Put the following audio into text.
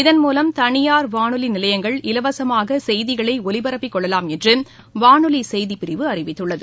இதன்மூலம் தனியார் வானொலி நிலையங்கள் இலவசமாக செய்திகளை ஒலிபரப்பி கொள்ளலாம் என்று வானொலி செய்திப்பிரிவு அறிவித்துள்ளது